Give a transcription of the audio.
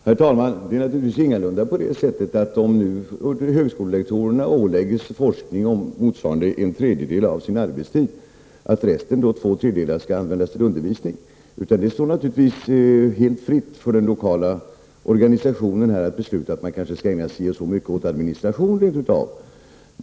Herr talman! Det är naturligtvis ingalunda på det sättet att om högskolelektorerna åläggs forskning motsvarande en tredjedel av sin arbetstid skall resten, två tredjedelar, användas till undervisning. Det står naturligtvis helt fritt för den lokala organisationen att besluta att man kanske skall ägna si och så mycket åt t.ex. administration.